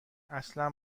اصلا